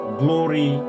glory